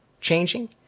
changing